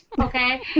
okay